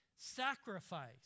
sacrifice